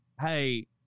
hey